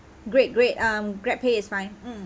great great um GrabPay is fine mm